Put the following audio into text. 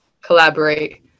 collaborate